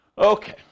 Okay